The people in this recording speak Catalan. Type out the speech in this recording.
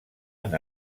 han